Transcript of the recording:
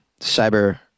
Cyber